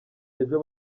ejo